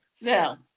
Now